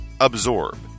Absorb